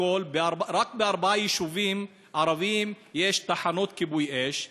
בארבעה יישובים ערביים יש תחנות כיבוי אש.